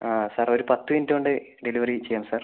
ആ സാർ ഒരു പത്ത് മിനിറ്റ് കൊണ്ട് ഡെലിവറി ചെയ്യാം സാർ